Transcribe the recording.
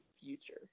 future